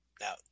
Now